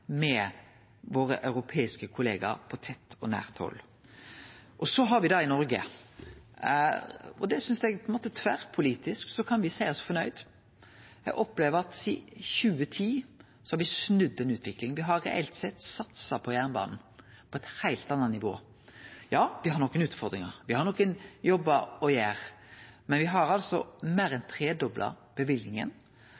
med våre europeiske kollegaer på tett og nært hald. I Noreg synest eg at me tverrpolitisk kan seie oss fornøgde. Eg opplever at sidan 2010 har me snudd ei utvikling. Me har reelt sett satsa på jernbanen på eit heilt anna nivå. Ja – me har nokre utfordingar, og me har nokre jobbar å gjere, men me har meir